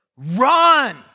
run